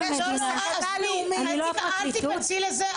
אל תיכנסי לזה.